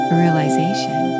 realization